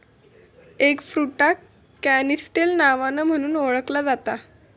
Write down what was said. एगफ्रुटाक canistel नावान म्हणुन ओळखला जाता